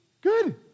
Good